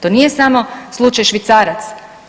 To nije samo slučaj švicarac.